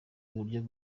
uburyo